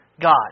God